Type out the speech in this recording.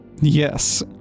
Yes